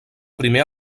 primer